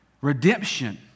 Redemption